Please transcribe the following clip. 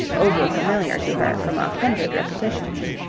overfamiliar to her from a hundred repetitions.